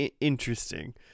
interesting